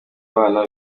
abana